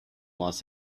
los